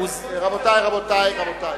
איפה הקואליציה?